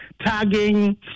tagging